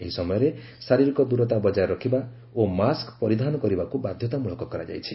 ଏହି ସମୟରେ ଶାରିରୀକ ଦୂରତା ବଜାୟ ରଖିବା ଓ ମାସ୍କ ପରିଧାନ କରିବାକୁ ବାଧ୍ୟତାମୂଳକ କରାଯାଇଛି